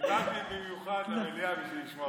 באתי במיוחד למליאה כדי לשמוע אותך.